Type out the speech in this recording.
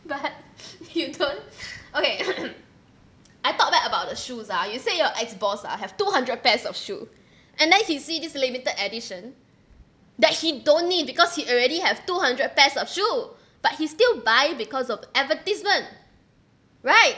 but you don't okay I talk back about the shoes ah you said your ex-boss ah have two hundred pairs of shoe and then she see this limited edition that she don't need because she already have two hundred pairs of shoe but she still buy because of advertisement right